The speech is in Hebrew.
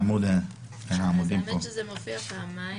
הסעיף הזה מופיע פעמיים.